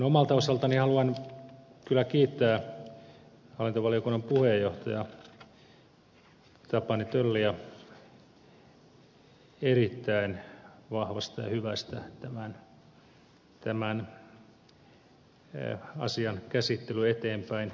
omalta osaltani haluan kyllä kiittää hallintovaliokunnan puheenjohtajaa tapani tölliä erittäin vahvasta ja hyvästä tämän asian käsittelyn eteenpäinviemisestä